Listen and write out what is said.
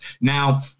Now